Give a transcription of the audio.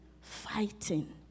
fighting